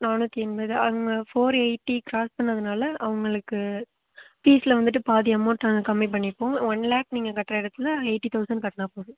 நானூற்றி எண்பது அவங்க ஃபோர் எயிட்டி கிராஸ் பண்ணிணதுனால அவங்களுக்கு ஃபீஸில் வந்துவிட்டு பாதி அமௌன்ட் நாங்கள் கம்மி பண்ணிப்போம் ஒன் லாக் நீங்கள் கட்டுகிற இடத்துல எயிட்டி தவுசன்ட் கட்டினா போதும்